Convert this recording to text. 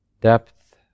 depth